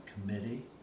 committee